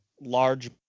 large